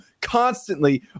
constantly